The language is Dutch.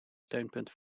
steunpunt